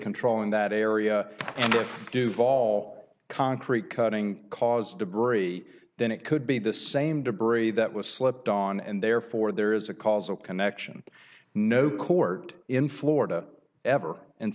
controlling that area would do volleyball concrete cutting caused debris then it could be the same debris that was slipped on and therefore there is a causal connection no court in florida ever and